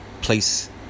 place